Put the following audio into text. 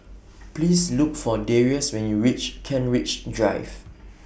Please Look For Darrius when YOU REACH Kent Ridge Drive